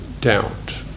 doubt